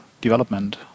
development